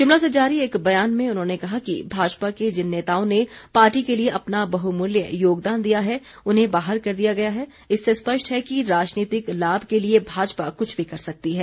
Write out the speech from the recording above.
शिमला से जारी एक बयान में उन्होंने कहा कि भाजपा के जिन नेताओं ने पार्टी के लिए अपना बहुमूल्य योगदान दिया है उन्हें बाहर कर दिया गया है इससे स्पष्ट है कि राजनीतिक लाभ के लिए भाजपा कुछ भी कर सकती है